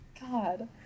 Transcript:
god